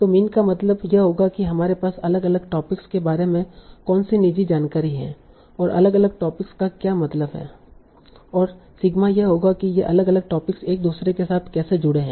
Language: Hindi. तो मीन का मतलब यह होगा कि हमारे पास अलग अलग टॉपिक्स के बारे में कौनसी निजी जानकारी है और अलग अलग टॉपिक्स का क्या मतलब है और सिग्मा यह होगा कि ये अलग अलग टोपिक एक दूसरे के साथ कैसे जुड़े हैं